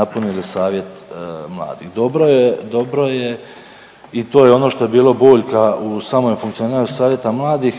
napunili savjet mladih. Dobro je, dobro je i to je ono što je bilo boljka u samom funkcioniranju savjeta mladih